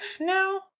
now